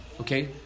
okay